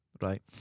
Right